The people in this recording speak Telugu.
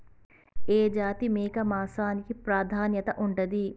ఏ జాతి మేక మాంసానికి ప్రాధాన్యత ఉంటది?